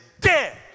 dead